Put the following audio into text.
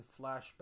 flashback